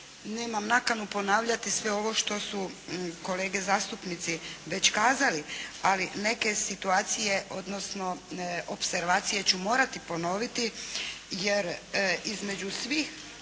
Nemam nakanu ponavljati sve ovo što su kolege zastupnici već kazali, ali neke situacije, odnosno opservacije ću morati ponoviti jer između svih